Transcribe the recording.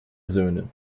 söhne